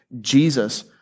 Jesus